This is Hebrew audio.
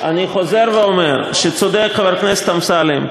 אני חוזר ואומר שצודק חבר הכנסת אמסלם,